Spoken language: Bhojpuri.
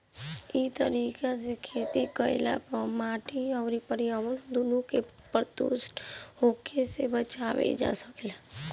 इ तरीका से खेती कईला पे माटी अउरी पर्यावरण दूनो के प्रदूषित होखला से बचावल जा सकेला